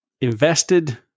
invested